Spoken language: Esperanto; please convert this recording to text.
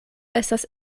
estas